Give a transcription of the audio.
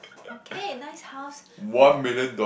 okay nice house with